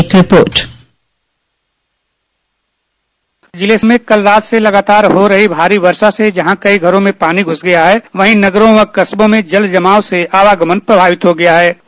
एक रिपोर्ट जिले में कल रात से लगातार हो रही भारी वर्षा से जहां घरों में पानी घुस गया है वहीं नगरों और कस्बों में जल भराव से आवागमन प्रभावित हो गया हे